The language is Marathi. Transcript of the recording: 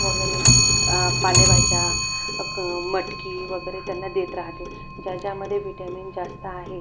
वगैरे पालेभाज्या अकं मटकी वगैरे त्यांना देत राहते ज्या ज्यामधे व्हिटॅमिन जास्त आहे